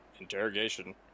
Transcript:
Interrogation